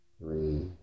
three